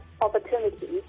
opportunities